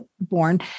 born